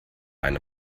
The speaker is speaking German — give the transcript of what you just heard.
eine